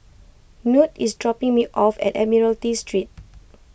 Knute is dropping me off at Admiralty Street